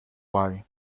why